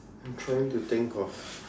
I'm trying to think of